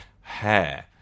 hair